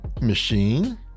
Machine